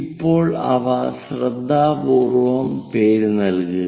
ഇപ്പോൾ അവ ശ്രദ്ധാപൂർവ്വം പേരുനൽകുക